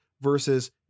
versus